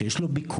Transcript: שיש לו ביקוש,